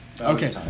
Okay